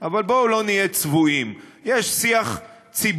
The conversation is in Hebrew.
אבל בואו לא נהיה צבועים: יש שיח ציבורי,